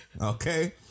okay